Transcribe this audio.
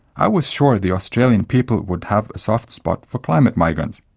i was sure the australian people would have a soft spot for climate migrants.